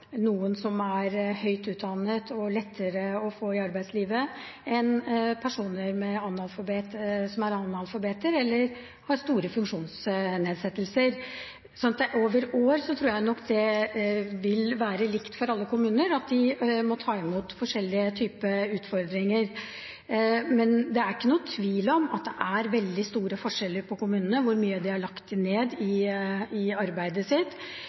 noen som er høyt utdannede og lette å få inn i arbeidslivet, og andre som er analfabeter, eller som har store funksjonsnedsettelser. Så over år tror jeg at det å måtte ta imot forskjellige typer utfordringer vil være likt for alle kommuner. Men det er ingen tvil om at det er veldig store forskjeller på kommunene når det kommer til hvor mye de har lagt ned av arbeid. Særlig kommuner som har et veldig tett samarbeid med næringslivet i